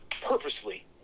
purposely